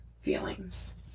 feelings